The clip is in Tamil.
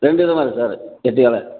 ரெண்டு விதமாக இருக்குது சார்